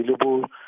available